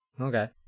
Okay